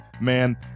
Man